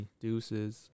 Deuces